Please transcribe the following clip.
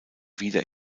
wieder